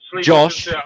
Josh